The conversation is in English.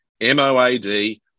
MoAD